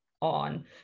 on